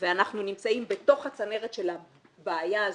ואנחנו נמצאים בתוך הצנרת של הבעיה הזו,